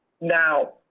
now